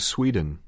Sweden